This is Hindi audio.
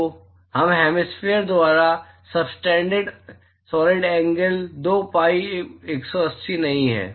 तो एक हेमिस्फेयर द्वारा सब्टेनडेड सॉलिड एंगल 2 पाई 180 नहीं है